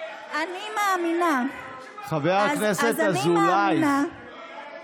אז אני מאמינה, חבר הכנסת אזולאי,